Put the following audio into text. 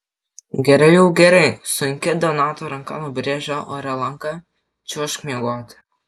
gerai jau gerai sunki donato ranka nubrėžė ore lanką čiuožk miegoti